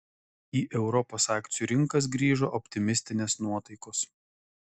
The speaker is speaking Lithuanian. į europos akcijų rinkas grįžo optimistinės nuotaikos